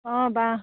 অঁ বা